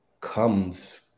comes